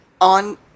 on